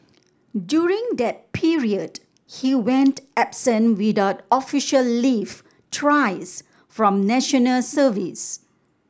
during that period he went absent without official leave thrice from National Service